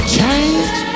Change